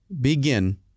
begin